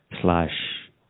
slash